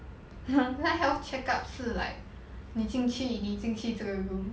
那 health checkup 是 like 你进去你进去这个 room